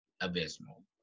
abysmal